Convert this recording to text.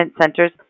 centers